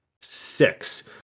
six